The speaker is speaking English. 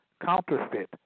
counterfeit